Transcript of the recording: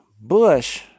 bush